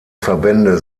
verbände